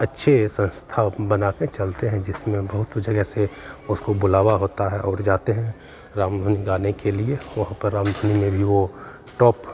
अच्छी ये संस्था बना के चलते हैं जिसमें बहुत जगह से उसको बुलावा होता है और जाते हैं रामधुनी गाने के लिए वहाँ पर राम धुनि में भी वो टॉप